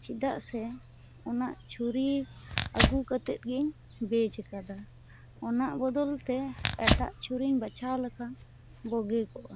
ᱪᱮᱫᱟᱜ ᱥᱮ ᱚᱱᱟ ᱪᱷᱩᱨᱤ ᱟᱹᱜᱩ ᱠᱟᱛᱮᱫ ᱜᱮᱧ ᱵᱮᱡ ᱟᱠᱟᱫᱟ ᱚᱱᱟ ᱵᱚᱫᱚᱞ ᱛᱮ ᱮᱴᱟᱜ ᱪᱷᱩᱨᱤᱧ ᱵᱟᱪᱷᱟᱣ ᱞᱮᱠᱷᱟᱱ ᱵᱳᱜᱮᱠᱚᱜᱼᱟ